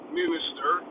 minister